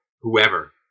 whoever